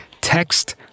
Text